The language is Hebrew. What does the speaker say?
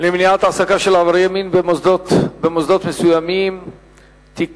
למניעת העסקה של עברייני מין במוסדות מסוימים (תיקון,